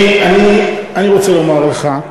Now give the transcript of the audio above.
אני רוצה לומר לך,